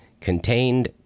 contained